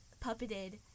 puppeted